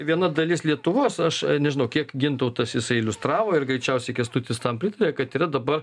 viena dalis lietuvos aš nežinau kiek gintautas jisai iliustravo ir greičiausiai kęstutis tam pritarė kad yra dabar